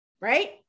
right